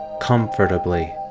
comfortably